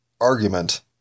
argument